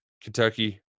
Kentucky